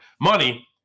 money